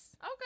Okay